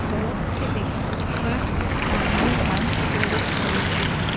ସମସ୍ତେ ଏକା ସାଙ୍ଗରେ କାମ୍ କରୁଛନ୍ତି